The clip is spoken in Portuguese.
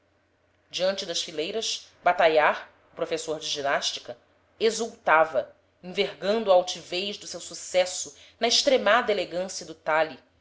diante das fileiras bataillard o professor de ginástica exultava envergando a altivez do seu sucesso na extremada elegância do talhe